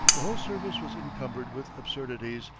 the whole service was incumbered with absurdities,